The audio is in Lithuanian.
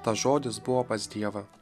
tas žodis buvo pas dievą